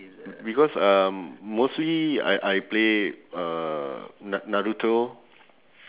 because um mostly I I play uh na~ naruto